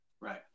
right